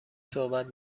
صحبت